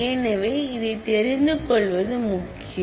எனவே இதை தெரிந்து கொள்வது முக்கியம்